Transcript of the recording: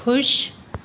खुश